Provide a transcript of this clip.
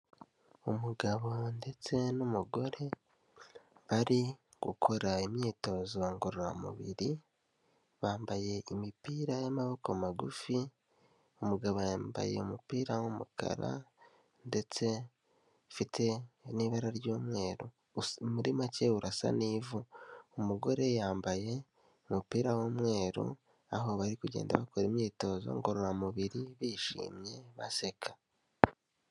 Umugabo ndetse n'umugore, bari gukora imyitozo ngororamubiri, bambaye imipira y'amaboko magufi, umugabo yambaye umupira w'umukara ndetse ufite n'ibara ry'umweru. Muri make urasa n'ivu. Umugore yambaye umupira w'umweru, aho bari kugenda bakora imyitozo ngororamubiri, bishimye baseka.